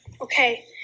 Okay